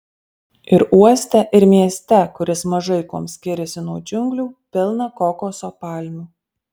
ir uoste ir mieste kuris mažai kuom skiriasi nuo džiunglių pilna kokoso palmių